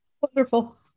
wonderful